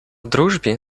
дружбі